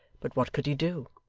but what could he do?